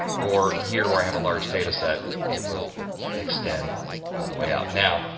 or here, where i have a large data set, it will extend all the way out. now,